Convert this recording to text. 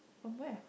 from where